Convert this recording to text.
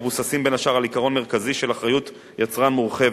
המבוססים בין השאר על עיקרון מרכזי של אחריות יצרן מורחבת,